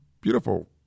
beautiful